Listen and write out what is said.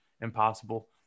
impossible